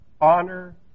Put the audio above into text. honor